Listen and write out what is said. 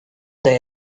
there